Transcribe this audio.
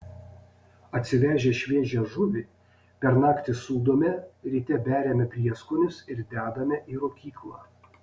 atsivežę šviežią žuvį per naktį sūdome ryte beriame prieskonius ir dedame į rūkyklą